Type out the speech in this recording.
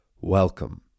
Welcome